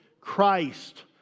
Christ